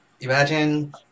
Imagine